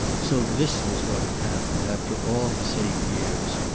so this was what had happened, after all the safe years!